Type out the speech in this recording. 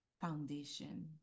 foundation